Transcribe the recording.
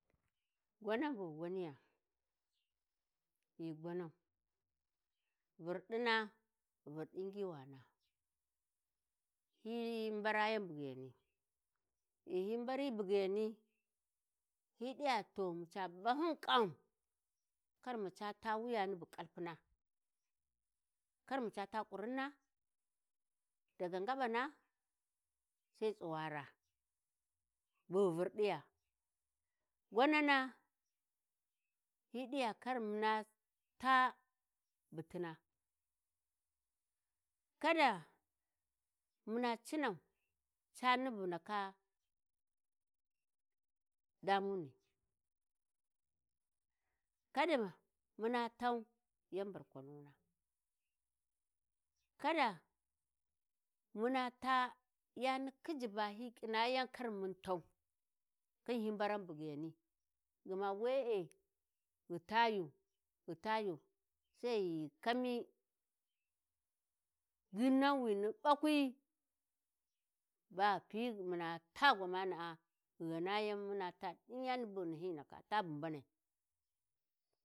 ﻿Gwanan bu ghi gwaniya ghi gwanau, vurɗina vurɗi ngiwana, hyi ɓarayan baggbiyani, chi hyi ɓari buggiyani, hyi ɗiya to mu ca bahyum ƙan, kar mu ca taa wuyani bu ƙalpuna, kar mu ca taa ƙurrinna, daga gaɓang sai tsu-wara, bu ghi vurɗiya, Gwanana hyi ɗiya kar muna taa buttina, ka da muna cinau, cani bu ndake damuni. Kada muna tau yan barkwanuna. Ƙa da muna taa, yani khijji, ba hyi Kinayan kar muna tau, khin hyi ɓaran buggiyani, gma we e "ghi taa yu ghi taa yu” sai ghi kami dinnanwini ɓakwi ba ghi piyi bu muna taa gwamana a ghi ghanayan muna taa din yani bu ghi nghyi ghi ndaka taa bu mbanai.